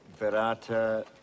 Verata